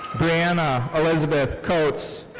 brianna elizabeth kotz.